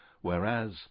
whereas